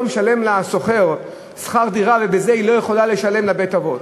משלם לה שכר דירה והיא לא יכולה לשלם לבית-האבות.